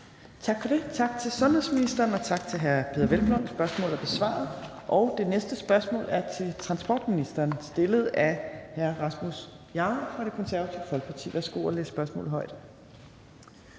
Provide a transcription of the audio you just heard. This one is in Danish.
Tak for det. Tak til sundhedsministeren, og tak til hr. Peder Hvelplund. Spørgsmålet er besvaret. Det næste spørgsmål er til transportministeren stillet af hr. Rasmus Jarlov fra Det Konservative Folkeparti. Kl. 15:45 Spm. nr.